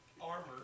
armor